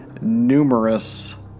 numerous